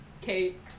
Kate